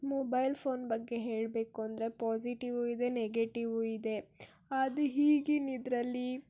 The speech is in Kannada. ಮೊಬೈಲ್ ಫೋನ್ ಬಗ್ಗೆ ಹೇಳಬೇಕು ಅಂದರೆ ಪಾಸಿಟಿವು ಇದೆ ನೆಗೆಟಿವು ಇದೆ ಅದು ಈಗಿನ ಇದರಲ್ಲಿ